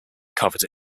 covered